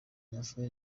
raphael